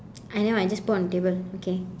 I know I just put on the table okay